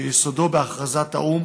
שיסודו בהכרזת האו"ם